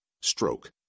Stroke